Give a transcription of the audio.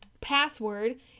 password